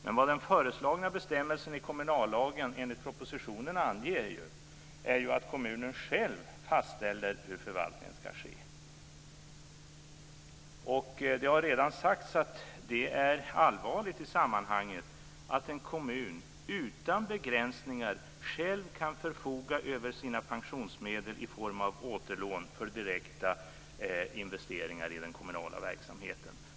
Men vad den föreslagna bestämmelsen i kommunallagen enligt propositionen anger är ju att kommunen själv fastställer hur förvaltningen skall ske. Det har redan sagts i sammanhanget att det är allvarligt att en kommun utan begränsningar själv kan förfoga över sina pensionsmedel i form av återlån för direkta investeringar i den kommunala verksamheten.